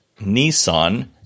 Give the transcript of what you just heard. Nissan